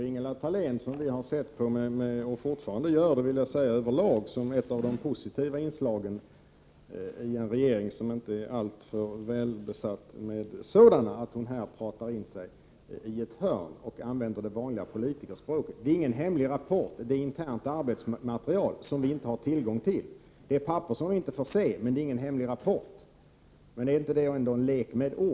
Fru talman! Det är litet synd på Ingela Thalén, som vi över lag har sett — och jag vill säga att vi fortfarande gör det — som ett av de positiva inslagen i en regering som inte är alltför välbesatt med sådana. Hon pratar här in sig i ett hörn med hjälp av det vanliga politikerspråket: Det är inte fråga om någon hemlig rapport utan om internt arbetsmaterial, som vi inte skall få tillgång till. Det är fråga om papper som vi inte får se, men det är ingen hemlig rapport. Är det inte ändå en lek med ord?